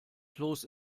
kloß